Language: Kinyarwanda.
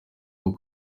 bwo